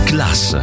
Class